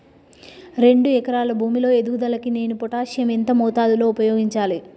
రెండు ఎకరాల భూమి లో ఎదుగుదలకి నేను పొటాషియం ఎంత మోతాదు లో ఉపయోగించాలి?